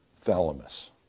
thalamus